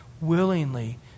willingly